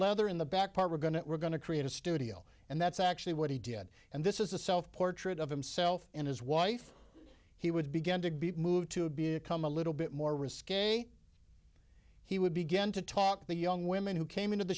leather in the back part we're going to we're going to create a studio and that's actually what he did and this is a self portrait of himself and his wife he would begin to be moved to be a come a little bit more risque he would begin to talk the young women who came into the